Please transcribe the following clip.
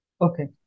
Okay